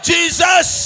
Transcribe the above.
Jesus